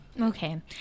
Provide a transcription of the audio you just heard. Okay